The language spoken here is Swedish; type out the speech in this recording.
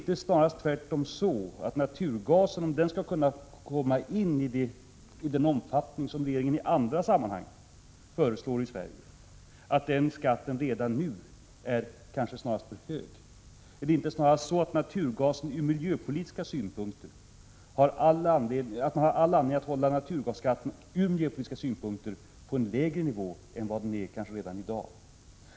Om naturgasen skall kunna tas in i Sverige i den omfattning som regeringen i andra sammanhang föreslår, är väl den skatten redan nu snarast för hög. Är det inte så att man ur miljöpolitiska synpunkter har all anledning att hålla naturgasskatten på en lägre nivå än i dag?